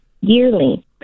yearly